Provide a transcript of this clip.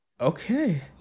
Okay